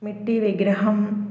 मिट्टिविग्रहम्